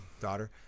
daughter